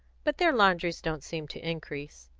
but their laundries don't seem to increase.